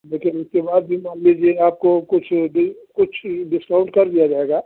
लेकिन उसके बाद भी मान लीजिए आपको कुछ डि कुछ डिस्काउंट कर दिया जाएगा